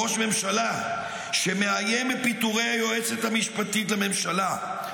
ראש ממשלה שמאיים בפיטורי היועצת המשפטית לממשלה,